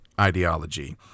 ideology